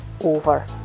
over